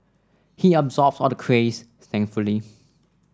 he absorbs all the craze thankfully